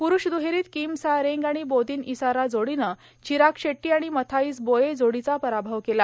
प्रूष दुहेरीत Kim Sa Rang आणि बोदिन इसारा जोडीनं चिराग शेट्टी आणि मथाइस बो जोडीचा पराभव केला